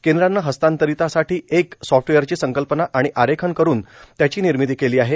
केंद्रानं हस्तांतरीतासाठी एक सोफ्टवेअरची संकल्पना आणि आरेखन करून त्याची निर्मिती केली आहे